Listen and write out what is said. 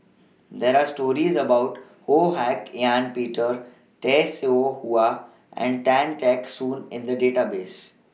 There Are stories about Ho Hak Ean Peter Tay Seow Huah and Tan Teck Soon in The Database